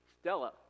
Stella